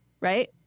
Right